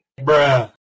Bruh